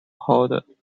held